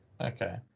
Okay